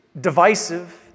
divisive